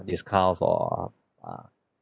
discount for uh